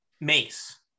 mace